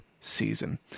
season